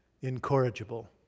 incorrigible